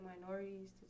minorities